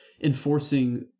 enforcing